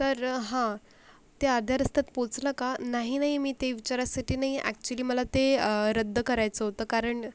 तर हां ते आध्या रस्त्यात पोचलं का नाही नाही मी ते विचारायसाठी नाही ॲक्च्युली मला ते रद्द करायचं होतं कारण